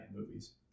movies